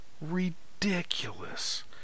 ridiculous